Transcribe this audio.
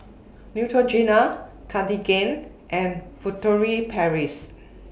Neutrogena Cartigain and Furtere Paris